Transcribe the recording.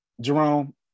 Jerome